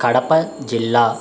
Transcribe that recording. కడప జిల్లా